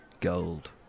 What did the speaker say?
gold